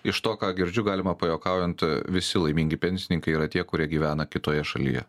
iš to ką girdžiu galima pajuokaujant visi laimingi pensininkai yra tie kurie gyvena kitoje šalyje